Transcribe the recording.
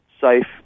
safe